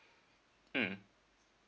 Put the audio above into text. mm